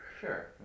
Sure